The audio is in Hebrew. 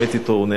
הוא נעלב מזה.